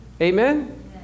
Amen